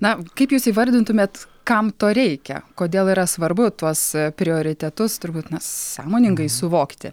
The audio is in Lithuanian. na kaip jūs įvardintumėt kam to reikia kodėl yra svarbu tuos prioritetus turbūt na sąmoningai suvokti